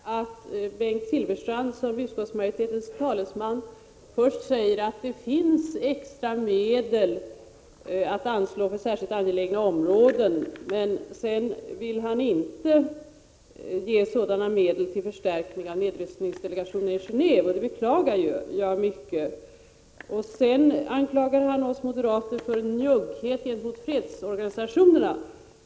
Herr talman! Jag noterar att Bengt Silfverstrand som utskottsmajoritetens talesman först säger att det finns extra medel att anslå för särskilt angelägna områden men sedan inte vill ge sådana medel till förstärkning av nedrustningsdelegationen i Gendve. Det beklagar jag mycket. Vidare anklagar han oss moderater för njugghet mot fredsorganisationerna.